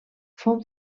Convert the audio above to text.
fou